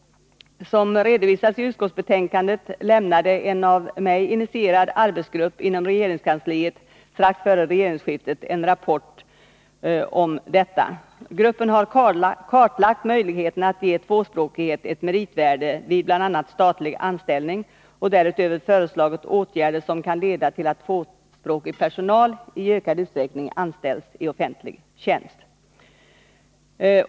Som redovisas i utskottsbetänkandet lämnade en — av mig initierad — arbetsgrupp inom regeringskansliet strax före regeringsskiftet en rapport om detta . Gruppen har kartlagt möjligheterna att ge tvåspråkighet ett meritvärde vid bl.a. statlig anställning och därutöver föreslagit åtgärder som kan leda till att tvåspråkig personal i ökad utsträckning anställs i offentlig tjänst.